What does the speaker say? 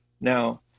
Now